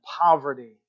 poverty